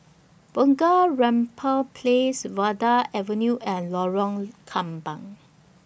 Bunga Rampai Place Vanda Avenue and Lorong Kembang